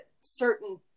certain